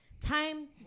Time